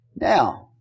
Now